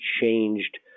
changed